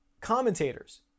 commentators